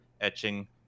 etching